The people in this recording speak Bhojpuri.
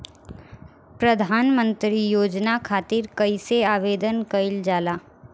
प्रधानमंत्री योजना खातिर कइसे आवेदन कइल जाला?